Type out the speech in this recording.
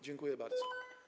Dziękuję bardzo.